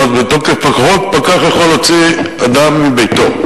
זאת אומרת מתוקף החוק פקח יכול להוציא אדם מביתו.